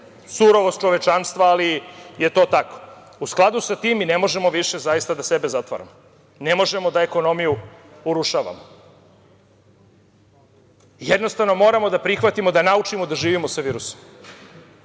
surovost čovečanstva, ali je to tako.U skladu sa tim mi ne možemo više sebe da zatvaramo. Ne možemo da ekonomiju urušavamo. Jednostavno, moramo da prihvatimo da naučimo da živimo sa virusom,